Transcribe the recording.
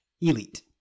Elite